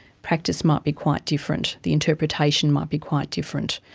practice might be quite different, the interpretation might be quite different.